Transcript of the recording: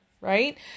right